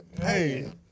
Hey